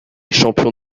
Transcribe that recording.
champion